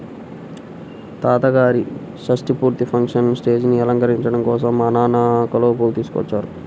తాతగారి షష్టి పూర్తి ఫంక్షన్ స్టేజీని అలంకరించడం కోసం మా నాన్న కలువ పూలు తీసుకొచ్చారు